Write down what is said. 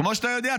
כמו שאתה יודע,